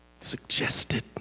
suggested